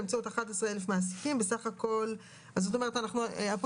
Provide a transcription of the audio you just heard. באמצעות 11,000 מעסיקים וסך הכל זאת אומרת שהיה פה